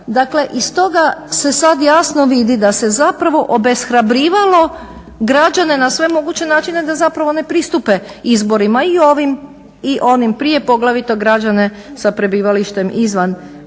Dakle iz toga se sad jasno vidi da se zapravo obeshrabrivalo građane na sve moguće načine da zapravo ne pristupe izborima i ovim i onim prije, poglavito građane sa prebivalištem izvan